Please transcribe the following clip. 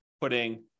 putting